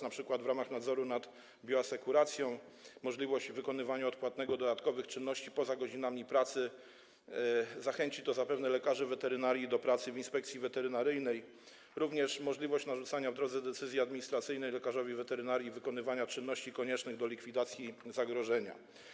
np. w ramach nadzoru nad bioasekuracją, możliwość odpłatnego wykonywania dodatkowych czynności poza godzinami pracy, co zachęci zapewne lekarzy weterynarii do pracy w Inspekcji Weterynaryjnej, jak również możliwość narzucania, w drodze decyzji administracyjnej, lekarzowi weterynarii wykonywania czynności koniecznych do likwidacji zagrożenia.